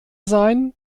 sein